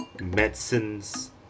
medicines